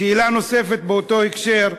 שאלה נוספת באותו הקשר: